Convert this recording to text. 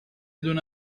دونه